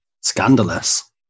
Scandalous